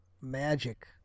magic